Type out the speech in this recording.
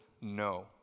no